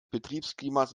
betriebsklimas